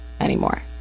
anymore